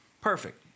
Perfect